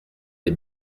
des